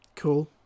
Cool